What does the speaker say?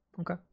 okay